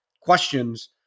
questions